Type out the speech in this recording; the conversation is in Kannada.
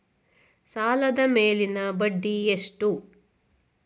ಸಾಲದ ಮೇಲಿನ ಬಡ್ಡಿ ಎಷ್ಟು?